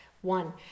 one